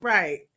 right